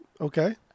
okay